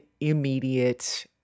immediate